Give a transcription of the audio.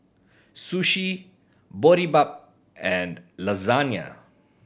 Sushi Boribap and Lasagna